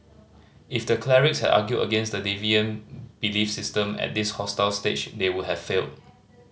if the clerics had argued against the deviant belief system at this hostile stage they would have failed